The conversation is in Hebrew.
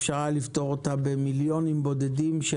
אפשר היה לפתור אותה במיליונים בודדים של